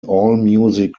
allmusic